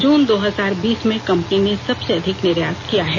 जून दो हजार बीस में कंपनी ने सबसे अधिक निर्यात किया है